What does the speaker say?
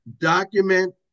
Document